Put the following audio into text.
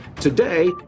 today